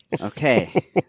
okay